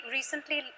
recently